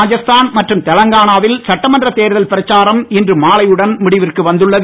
ராஜஸ்தான் மற்றும் தெலங்கானாவில் சட்டமன்ற தேர்தல் பிரச்சாரம் இன்று மாலையுடன் முடிவிற்கு வந்துள்ளது